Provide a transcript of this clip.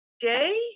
day